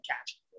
catch